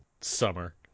Summer